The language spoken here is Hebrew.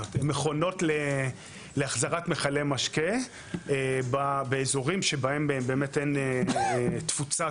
במכונות להחזרת מכלי משקה באזורים שבהם באמת אין תפוצה